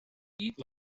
eat